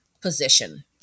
position